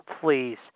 please